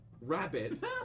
rabbit